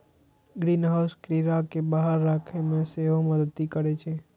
greenhouse कीड़ा कें बाहर राखै मे सेहो मदति करै छै